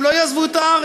הם לא יעזבו את הארץ.